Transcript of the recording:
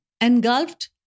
engulfed